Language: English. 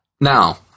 now